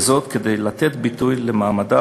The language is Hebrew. וזאת כדי לתת ביטוי למעמדה